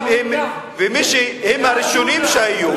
הם הראשונים שהיו.